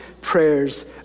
prayers